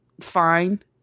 fine